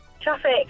traffic